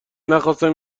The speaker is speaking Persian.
نخواستم